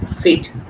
fit